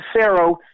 Pharaoh